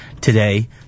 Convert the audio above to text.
today